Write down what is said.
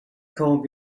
comb